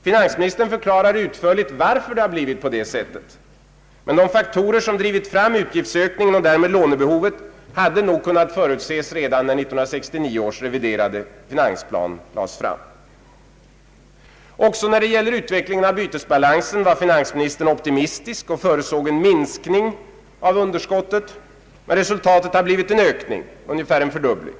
Finansministern förklarar utförligt varför det blev på det sättet — men de faktorer som drivit fram utgiftsökningen och därmed lånebehovet hade nog kunnat förutses redan när 1969 års reviderade finansplan lades fram. Också när det gäller utvecklingen av bytesbalansen var finansministern optimistisk och förutsåg en minskning av underskottet — men resultatet har blivit en ökning, ungefär en fördubbling.